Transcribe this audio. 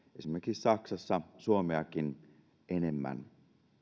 saksassa suomeakin enemmän